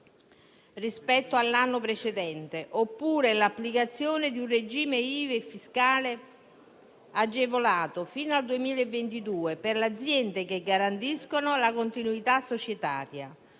rispetto all'anno precedente, oppure l'applicazione di un regime IVA e fiscale agevolato fino al 2022 per le aziende che garantiscono la continuità societaria,